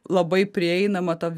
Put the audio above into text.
labai prieinama ta